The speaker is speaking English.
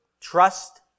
Trust